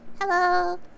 Hello